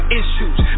issues